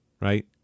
right